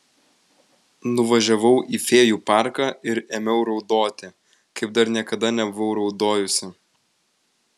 nuvažiavau į fėjų parką ir ėmiau raudoti kaip dar niekada nebuvau raudojusi